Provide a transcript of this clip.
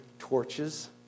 torches